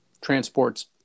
transports